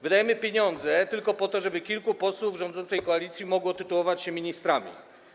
Wydajemy pieniądze tylko po to, żeby kilku posłów rządzącej koalicji mogło tytułować się ministrami.